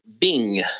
bing